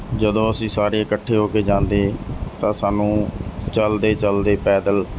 ਜਦੋਂ ਸਾਰੇ ਇਕੱਠੇ ਹੋ ਕੇ ਜਾਂਦੇ ਤਾਂ ਸਾਨੂੰ ਚਲਦੇ ਚਲਦੇ ਪੈਦਲ